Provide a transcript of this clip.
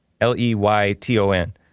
L-E-Y-T-O-N